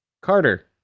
Carter